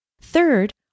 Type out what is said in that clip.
Third